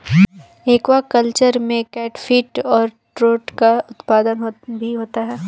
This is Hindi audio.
एक्वाकल्चर में केटफिश और ट्रोट का उत्पादन भी होता है